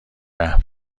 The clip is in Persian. رحم